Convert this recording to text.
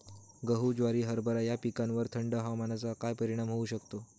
गहू, ज्वारी, हरभरा या पिकांवर थंड हवामानाचा काय परिणाम होऊ शकतो?